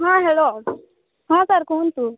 ହଁ ହ୍ୟାଲୋ ହଁ ସାର୍ କୁହନ୍ତୁ